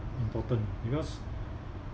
important because